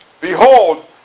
Behold